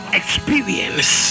experience